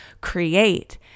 create